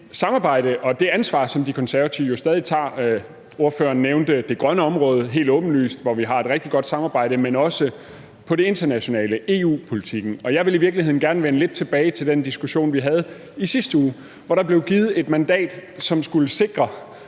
samarbejde og det ansvar, som De Konservative jo stadig tager. Ordføreren nævnte det grønne område, hvor vi helt åbenlyst har et rigtig godt samarbejde, men også på det internationale område i EU-politikken. Jeg vil i virkeligheden gerne vende lidt tilbage til den diskussion, vi havde i sidste uge, hvor der blev givet et mandat, som skulle sikre,